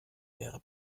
wäre